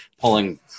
pulling